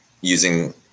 using